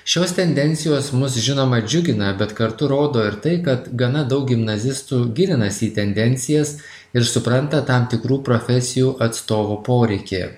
šios tendencijos mus žinoma džiugina bet kartu rodo ir tai kad gana dau gimnazistų gilinasi į tendencijas ir supranta tam tikrų profesijų atstovų poreikį